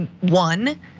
one